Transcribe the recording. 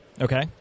Okay